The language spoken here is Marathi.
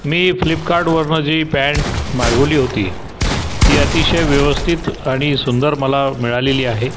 मी फ्लिपकार्टवरनं जी पँट मागवली होती ती अतिशय व्यवस्थित आणि सुंदर मला मिळालेली आहे